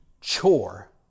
chore